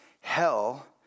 Hell